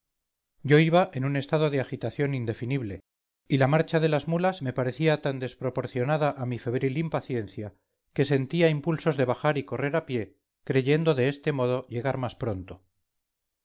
yo iba en un estado de agitación indefinible y la marcha de las mulas me parecía tan desproporcionada a mi febril impaciencia que sentía impulsos de bajar y correr a pie creyendo de este modo llegar más pronto